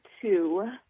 two